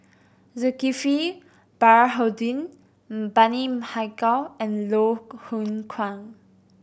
Zulkifli Baharudin Bani Haykal and Loh Hoong Kwan